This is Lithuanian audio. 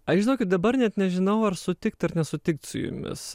aš žinokit dabar net nežinau ar sutikt ar nesutikt su jumis